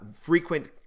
frequent